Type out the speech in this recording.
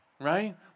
right